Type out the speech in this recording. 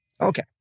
Okay